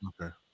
Okay